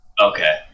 okay